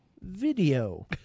Video